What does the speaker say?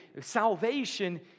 Salvation